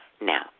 Now